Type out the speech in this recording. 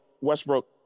Westbrook